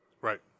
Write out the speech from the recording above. Right